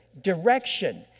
direction